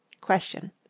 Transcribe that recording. QUESTION